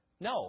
No